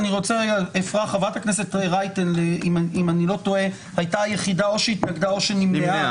חברת הכנסת רייטן הייתה היחידה או שהתנגדה או שנמנעה.